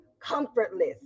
comfortless